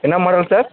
என்ன model sir